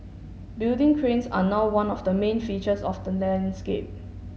building cranes are now one of the main features of the landscape